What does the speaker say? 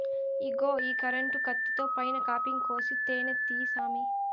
ఇగో ఈ కరెంటు కత్తితో పైన కాపింగ్ కోసి తేనే తీయి సామీ